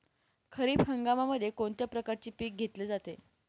खरीप हंगामामध्ये कोणत्या प्रकारचे पीक घेतले जाते?